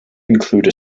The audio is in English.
include